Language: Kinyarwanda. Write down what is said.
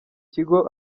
kigo